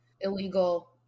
illegal